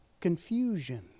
confusion